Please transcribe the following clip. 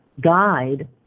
guide